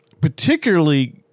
particularly